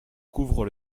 couvrent